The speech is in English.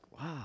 wow